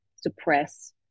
suppress